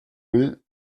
will